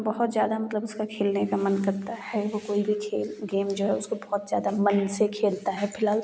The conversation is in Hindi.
बहुत ज़्यादा मतलब उसका खेलने का मन करता है वो कोई भी खेल गेम जो है उसको बहुत ज़्यादा मन से खेलता है फिलहाल